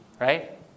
right